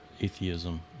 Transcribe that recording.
atheism